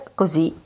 così